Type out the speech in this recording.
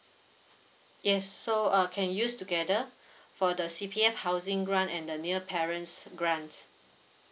yes so uh can use together for the C_P_F housing grant and the near parents grants